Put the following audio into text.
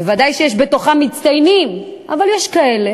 בוודאי שיש בתוכם מצטיינים, אבל יש כאלה